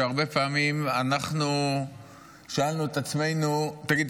שהרבה פעמים אנחנו שאלנו את עצמנו: תגיד,